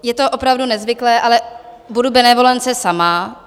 Je to opravdu nezvyklé, ale budu benevolence sama.